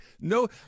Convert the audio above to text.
No